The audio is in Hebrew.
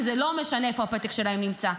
כי זה לא משנה איפה הפתק שלהם נמצא.